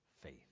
faith